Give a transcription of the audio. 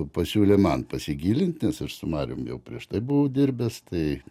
pasiūlė man pasigilint nes aš su marium jau prieš tai buvau dirbęs tai